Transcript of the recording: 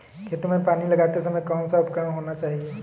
खेतों में पानी लगाते समय कौन सा उपकरण होना चाहिए?